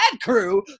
crew